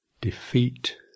defeat